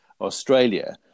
Australia